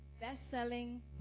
best-selling